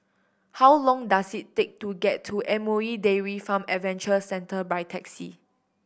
how long does it take to get to M O E Dairy Farm Adventure Centre by taxi